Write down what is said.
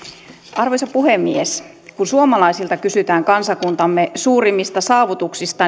arvoisa puhemies kun suomalaisilta kysytään kansakuntamme suurimmista saavutuksista